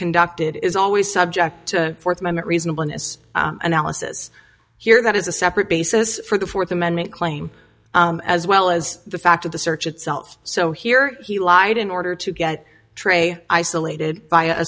conducted is always subject to fourth amendment reasonableness analysis here that is a separate basis for the fourth amendment claim as well as the fact of the search itself so here he lied in order to get trey isolated by a